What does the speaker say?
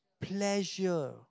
pleasure